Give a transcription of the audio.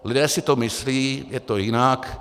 Lidé si to myslí, je to jinak.